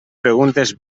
preguntes